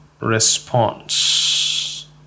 response